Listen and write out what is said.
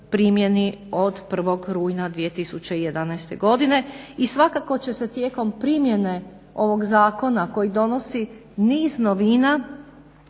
primjeni od 1. rujna 2011. godine i svakako će se tijekom primjene ovog zakona koji donosi niz novina